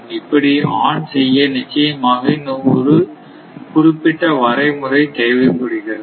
இப்படி ஆன் செய்ய நிச்சயமாக ஒரு குறிப்பிட்ட வரைமுறை தேவைப்படுகிறது